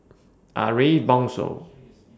Ariff Bongso